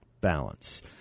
BALANCE